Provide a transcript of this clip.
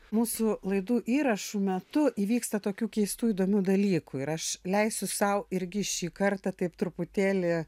mūsų laidų įrašų metu įvyksta tokių keistų įdomių dalykų ir aš leisiu sau irgi šį kartą taip truputėlį